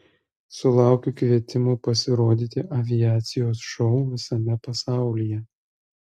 sulaukiu kvietimų pasirodyti aviacijos šou visame pasaulyje